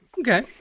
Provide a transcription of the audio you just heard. okay